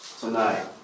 tonight